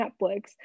Netflix